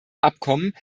abkommen